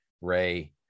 Ray